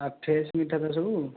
fresh ମିଠା ତ ସବୁ